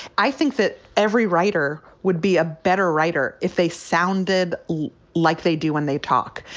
i think that every writer would be a better writer if they sounded like they do when they talk.